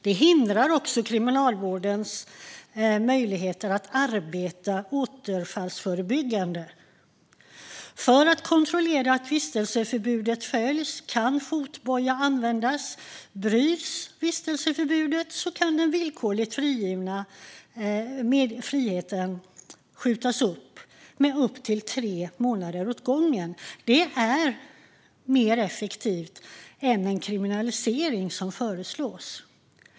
Det hindrar också Kriminalvårdens möjligheter att arbeta återfallsförebyggande. För att kontrollera att vistelseförbudet följs kan fotboja användas. Bryts vistelseförbudet kan den villkorligt medgivna friheten skjutas upp med upp till tre månader åt gången. Det är mer effektivt än den kriminalisering som föreslås.